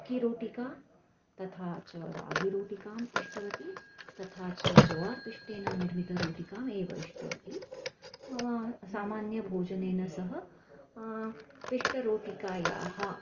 अक्किरोटिका तथा च रागीरोटिकाम् इष्टवती तथा च जोवार्पिष्टेन निर्मिता रोटिकामेव इष्टवती सामान्यं भोजनेन सह पिष्टरोटिकायाः